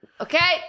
Okay